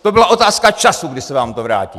To byla otázka času, kdy se vám to vrátí!